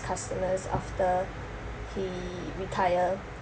customers after he retire